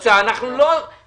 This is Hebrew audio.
אני לא אתווכח אתך.